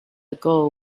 ago